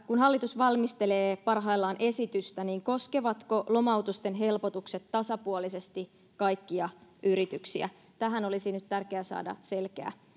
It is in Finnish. kun hallitus valmistelee parhaillaan esitystä niin koskevatko lomautusten helpotukset tasapuolisesti kaikkia yrityksiä tähän olisi nyt tärkeä saada selkeä